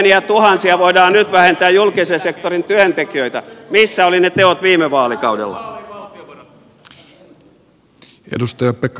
ja kymmeniätuhansia voidaan nyt vähentää julkisen sektorin työntekijöitä missä olivat ne teot viime vaalikaudella